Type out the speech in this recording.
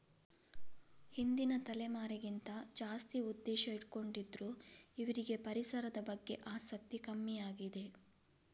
ಹಿಂದಿನ ತಲೆಮಾರಿಗಿಂತ ಜಾಸ್ತಿ ಉದ್ದೇಶ ಇಟ್ಕೊಂಡಿದ್ರು ಇವ್ರಿಗೆ ಪರಿಸರದ ಬಗ್ಗೆ ಆಸಕ್ತಿ ಕಮ್ಮಿ ಆಗಿದೆ